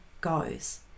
goes